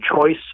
choice